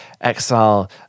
exile